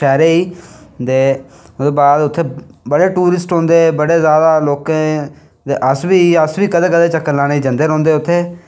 शैह्रे गी ते ओह्दे बाद उत्थें बड़े टुरिस्ट औंदे ते बड़े बड़े लोकें ते अस बी कदें कदें चक्कर लानै गी जंदे उत्थें